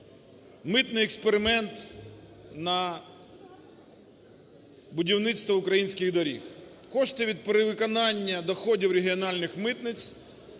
митний експеримент на будівництво українських доріг. Кошти від перевиконання доходів регіональних митниць